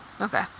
Okay